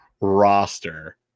roster